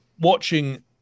watching